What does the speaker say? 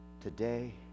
today